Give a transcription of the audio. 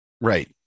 right